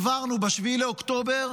עברנו ב-7 באוקטובר,